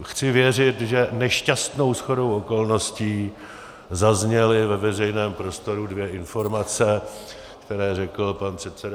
Chci věřit, že nešťastnou shodou okolností zazněly ve veřejném prostoru dvě informace, které řekl pan předseda Faltýnek.